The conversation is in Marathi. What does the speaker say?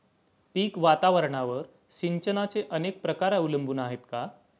पीक वातावरणावर सिंचनाचे अनेक प्रकार अवलंबून आहेत का?